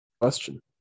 question